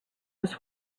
his